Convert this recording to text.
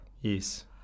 Yes